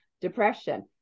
depression